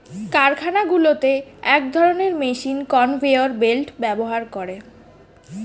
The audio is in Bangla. কারখানাগুলোতে এক ধরণের মেশিন কনভেয়র বেল্ট ব্যবহার করে